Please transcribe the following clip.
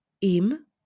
im